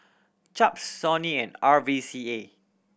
Chaps Sony and R V C A